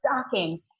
stocking